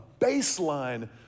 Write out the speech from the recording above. baseline